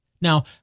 Now